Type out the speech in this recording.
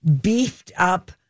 beefed-up